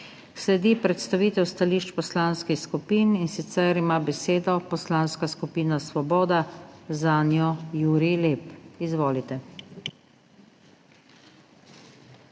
Sledi predstavitev stališč poslanskih skupin, in sicer ima besedo Poslanska skupina Svoboda, zanjo Jurij Lep. Izvolite.